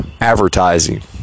advertising